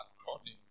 according